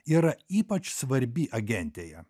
yra ypač svarbi agentėje